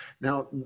Now